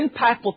impactful